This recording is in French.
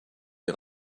des